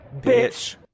Bitch